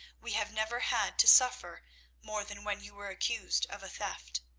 we have never had to suffer more than when you were accused of a theft,